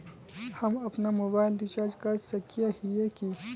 हम अपना mobile recharge कर सकय हिये की?